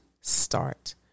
start